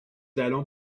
allons